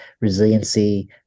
resiliency